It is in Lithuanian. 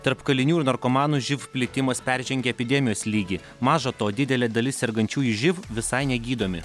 tarp kalinių ir narkomanų živ plitimas peržengė epidemijos lygį maža to didelė dalis sergančiųjų živ visai negydomi